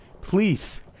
Please